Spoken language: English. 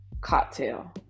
cocktail